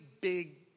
big